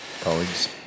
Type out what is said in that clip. Colleagues